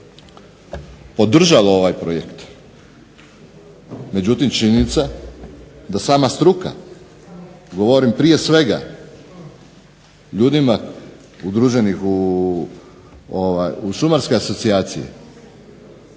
podržalo ovaj projekt, međutim, činjenica da sama struka, govorim prije svega o ljudima udruženim u šumarske asocijacije,